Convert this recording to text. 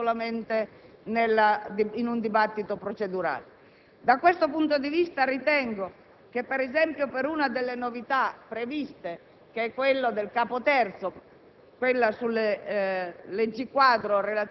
vero e proprio. In Commissione, il dibattito è stato molto approfondito. Abbiamo voluto questa volta che fossero presenti ai lavori di Commissione molti dei Ministri e dei Ministeri competenti per materia,